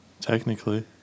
Technically